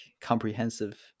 comprehensive